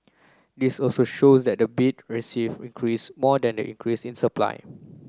this also shows that the bid received increase more than the increase in supplying